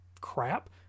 crap